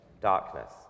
darkness